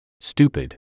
stupid